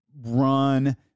Run